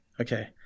okay